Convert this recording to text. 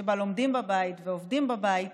שבה לומדים בבית ועובדים בבית,